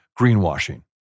greenwashing